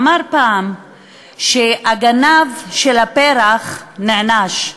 אמר פעם שהגנב של הפרח נענש,